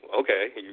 okay